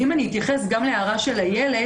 ואם אני אתייחס גם להערה של איילת